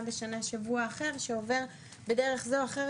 בשנה שבוע אחר שעובר בדרך זו או אחרת.